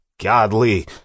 Godly